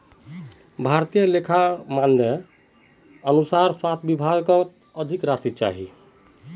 भारतीय लेखा मानदंडेर अनुसार स्वास्थ विभागक अधिक राशि चाहिए